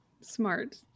Smart